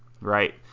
right